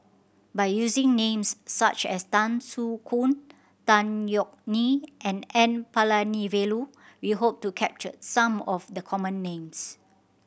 by using names such as Tan Soo Khoon Tan Yeok Nee and N Palanivelu we hope to capture some of the common names